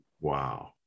Wow